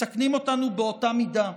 מסכנים אותנו באותה מידה.